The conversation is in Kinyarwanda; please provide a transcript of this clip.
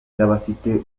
bw’abafite